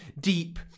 deep